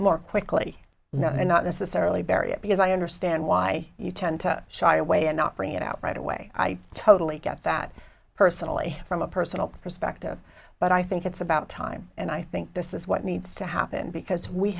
more quickly no not necessarily barriers because i understand why you tend to shy away and not bring it out right away i totally get that personally from a personal perspective but i think it's about time and i think this is what needs to happen because we